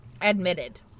admitted